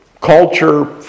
culture